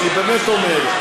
אני באמת אומר,